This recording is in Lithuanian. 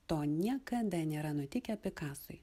to niekada nėra nutikę pikasui